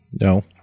No